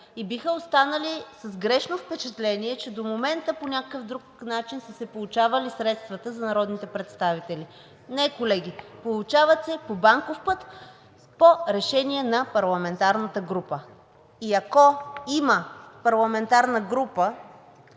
и биха останали с грешното впечатление, че до момента по някакъв друг начин са се получавали средствата за народните представители. Не, колеги, получават се по банков път, по решение на парламентарната група! Ако има парламентарна група,